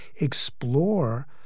explore